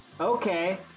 Okay